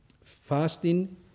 fasting